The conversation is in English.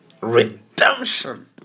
Redemption